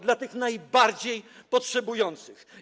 Dla tych najbardziej potrzebujących.